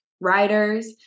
writers